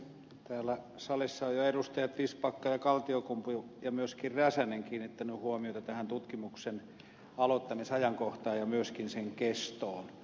täällä salissa ovat jo edustajat vistbacka kaltiokumpu ja myöskin räsänen kiinnittäneet huomiota tähän tutkimuksen aloittamisajankohtaan ja myöskin sen kestoon